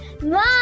Mom